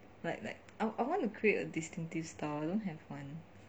like like I want to create a distinctive style I don't have one